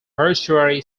mortuary